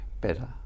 better